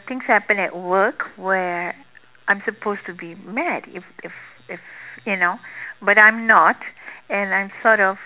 things happened at work where I am supposed to be mad if if if you know but I am not and I am sort of